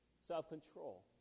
self-control